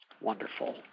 Wonderful